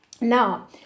Now